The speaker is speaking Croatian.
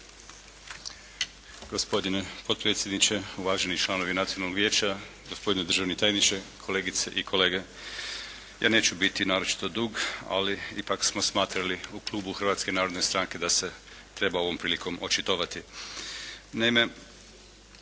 Hrvatske narodne stranke